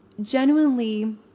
genuinely